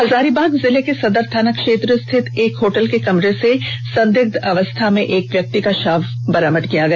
हजारीबाग जिले के सदर थाना क्षेत्र स्थित एक होटल के कमरे से संदिग्ध अवस्था में एक व्यक्ति का शव बरामद किया गया